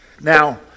Now